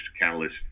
catalyst